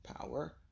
power